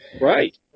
Right